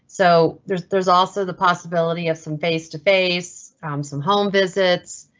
so there's there's also the possibility of some face to face some home visits.